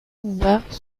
pouvoirs